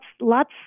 lots